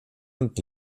und